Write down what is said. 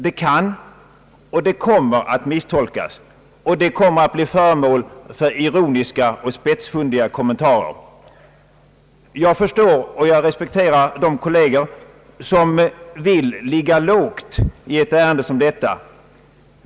Det kan och det kommer att misstolkas och bli föremål för ironiska och spetsfundiga kommentarer. Jag förstår och respekterar de kolleger, som vill ligga lågt i ett ärende som detta.